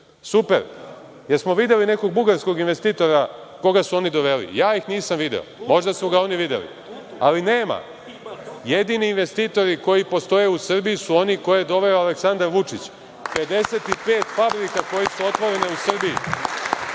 super. Jesmo videli nekog bugarskog investitora koga su oni doveli? Ja ih nisam video. Možda su ga oni videli. Ali, nema. Jedini investitori koji postoje u Srbiji su oni koje je doveo Aleksandar Vučić. Pedeset pet fabrika koje su otvorene u Srbiji